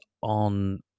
on